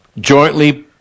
jointly